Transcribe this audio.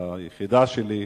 ליחידה שלי,